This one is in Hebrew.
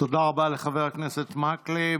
תודה לחבר הכנסת מקלב.